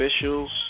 officials